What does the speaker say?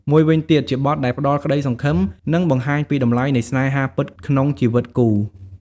មួយវីញទៀត ជាបទដែលផ្តល់ក្តីសង្ឃឹម និងបង្ហាញពីតម្លៃនៃស្នេហាពិតក្នុងជីវិតគូ។